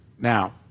now